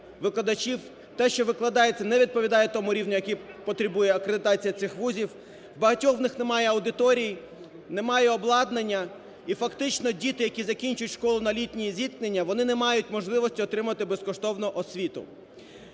те, що викладається, не відповідає тому рівню, який потребує акредитація цих вузів; у багатьох з них немає аудиторій, немає обладнання. І фактично діти, які закінчують школу на лінії зіткнення, вони не мають можливості отримати безкоштовно освіту.